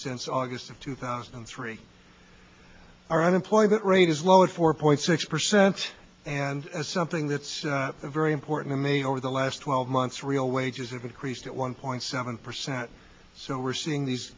since august of two thousand and three our unemployment rate is low at four point six percent and as something that's very important to me over the last twelve months real wages have increased at one point seven percent so we're seeing these